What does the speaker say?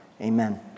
Amen